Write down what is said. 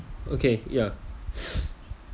okay ya